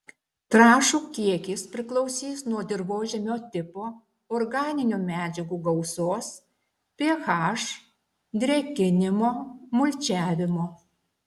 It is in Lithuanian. trąšų kiekis priklausys nuo dirvožemio tipo organinių medžiagų gausos ph drėkinimo mulčiavimo